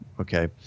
okay